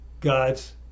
God's